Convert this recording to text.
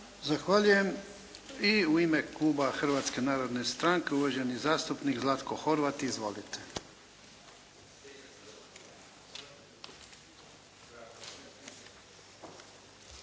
Zahvaljujem. I u ime kluba Hrvatske narodne stranke, uvaženi zastupnik Zlatko Horvat. Izvolite.